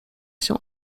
się